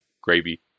gravy